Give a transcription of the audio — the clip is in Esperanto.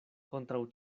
kontraŭ